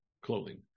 clothing